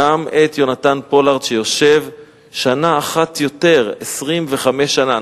גם את יהונתן פולארד שיושב שנה אחת יותר, 25 שנה.